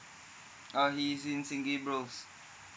uh he's in saint gabriel's